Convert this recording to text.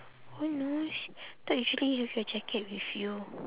who knows thought usually you have your jacket with you